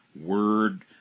word